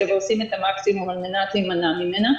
ועושים את המקסימום על מנת להימנע ממנה.